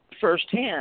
firsthand